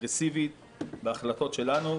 אגרסיבית בהחלטות שלנו.